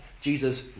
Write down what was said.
Jesus